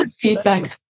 feedback